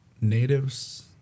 natives